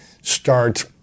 start